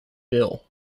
bill